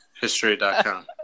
History.com